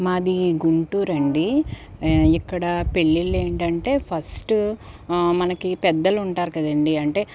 మాది గుంటూరండి ఇక్కడా పెళ్ళిలేంటంటే ఫస్టు మనకి పెద్దలుంటారు కదండీ అంటే